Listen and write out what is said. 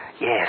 yes